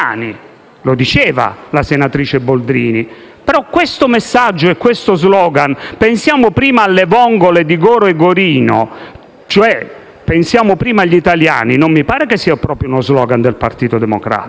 lo diceva la senatrice Boldrini. Però questo messaggio e questo *slogan*, ossia pensiamo prima alle vongole di Goro e Gorino, cioè pensiamo prima agli italiani, non mi pare che sia proprio uno *slogan* del Partito Democratico;